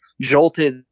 jolted